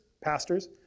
pastors